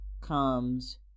comes